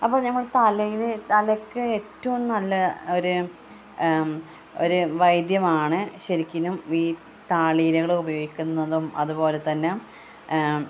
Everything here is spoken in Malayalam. അപ്പം നമ്മൾ തലയിൽ തലക്ക് ഏറ്റവും നല്ല ഒരു ഒരു വൈദ്യമാണ് ശരിക്കിനും ഈ താളിയിലകൾ ഉപയോഗിക്കുന്നതും അതുപോലെത്തന്നെ